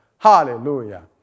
Hallelujah